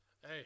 Hey